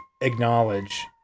acknowledge